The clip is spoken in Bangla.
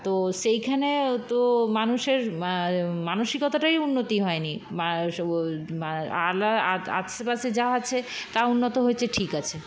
তো সেইখানে তো মানুষের মানসিকতাটাই উন্নতি হয়নি আশেপাশে যা আছে তা উন্নত হয়েছে ঠিক আছে